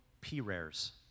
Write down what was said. P-rares